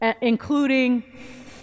including